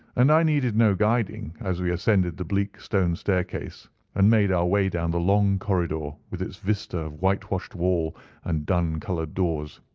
and i needed no guiding as we ascended the bleak stone staircase and made our way down the long corridor with its vista of whitewashed wall and dun-coloured doors.